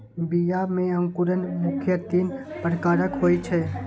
बीया मे अंकुरण मुख्यतः तीन प्रकारक होइ छै